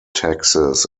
taxes